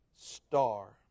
star